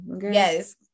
Yes